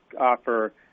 offer